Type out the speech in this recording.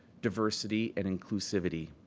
diversity and inclusivity.